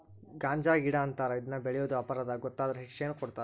ಗಾಂಜಾಗಿಡಾ ಅಂತಾರ ಇದನ್ನ ಬೆಳಿಯುದು ಅಪರಾಧಾ ಗೊತ್ತಾದ್ರ ಶಿಕ್ಷೆನು ಕೊಡತಾರ